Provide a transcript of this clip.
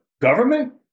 government